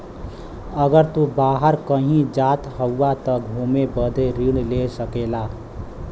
अगर तू बाहर कही जात हउआ त घुमे बदे ऋण ले सकेला